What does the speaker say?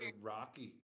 Rocky